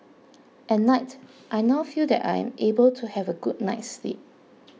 at night I now feel that I am able to have a good night's sleep